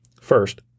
first